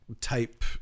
type